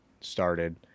started